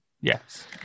yes